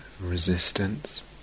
resistance